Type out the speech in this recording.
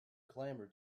clamored